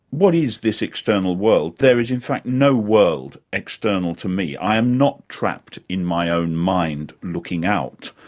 what is this external world? there is in fact no world external to me, i am not trapped in my own mind, looking out.